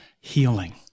healing